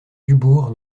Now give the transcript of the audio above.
dubourg